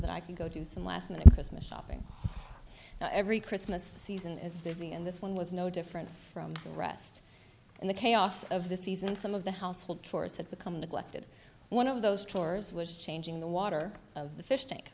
that i could go do some last minute christmas shopping every christmas season is busy and this one was no different from the rest and the chaos of the season and some of the household chores had become neglected one of those tours was changing the water of the fish tank